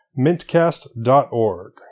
mintcast.org